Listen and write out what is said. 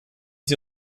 sie